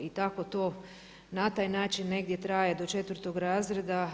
I tako to na taj način negdje traje do 4. razreda.